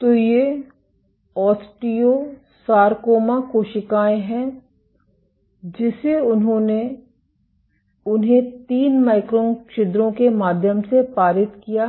तो ये ओस्टियोसारकोमा कोशिकाएं हैं जिसे उन्होंने उन्हें 3 माइक्रोन छिद्रों के माध्यम से पारित किया